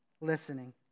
listening